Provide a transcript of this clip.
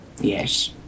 Yes